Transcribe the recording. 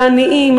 לעניים,